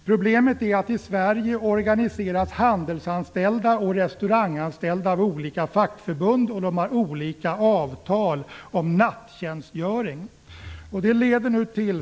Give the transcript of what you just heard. Problemet är att i Sverige organiseras handelsanställda och restauranganställda av olika fackförbund, och de har olika avtal om nattjänstgöring.